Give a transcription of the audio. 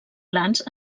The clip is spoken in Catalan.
glans